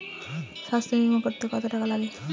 স্বাস্থ্যবীমা করতে কত টাকা লাগে?